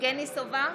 יבגני סובה,